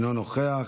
אינו נוכח,